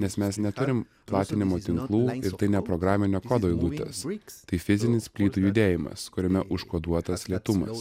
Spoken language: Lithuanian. nes mes neturim platinimo tinklų ir taine programinio kodo eilutės tai fizinis plytų judėjimas kuriame užkoduotas lėtumas